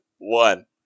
One